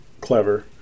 clever